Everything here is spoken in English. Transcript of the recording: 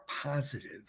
positive